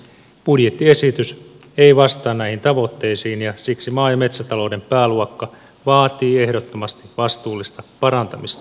budjettiesitys ei vastaa näihin tavoitteisiin ja siksi maa ja metsätalouden pääluokka vaatii ehdottomasti vastuullista parantamista